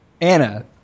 Anna